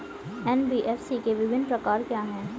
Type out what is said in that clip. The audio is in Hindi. एन.बी.एफ.सी के विभिन्न प्रकार क्या हैं?